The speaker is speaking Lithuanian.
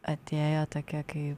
atėjo tokia kaip